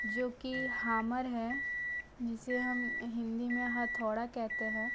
जो कि हामर है जिसे हम हिंदी में हथौड़ा कहते हैं